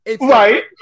Right